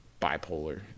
bipolar